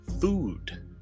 food